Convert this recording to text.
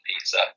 pizza